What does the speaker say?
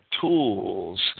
tools